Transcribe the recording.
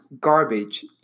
garbage